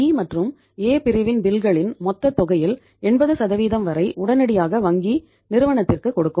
B மொத்த தொகையில் 80 வரை உடனடியாக வங்கி நிறுவனத்திற்கு கொடுக்கும்